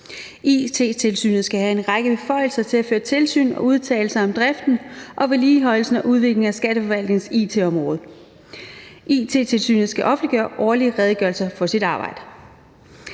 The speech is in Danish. It-tilsynet skal have en række beføjelser til at føre tilsyn og udtale sig om driften, vedligeholdelsen og udviklingen af skatteforvaltningens it-område. It-tilsynet skal offentliggøre årlige redegørelser for sit arbejde.